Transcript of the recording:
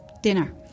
Dinner